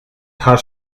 paar